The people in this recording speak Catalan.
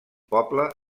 poble